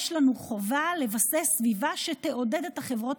יש לנו חובה לבסס סביבה שתעודד את החברות